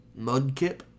Mudkip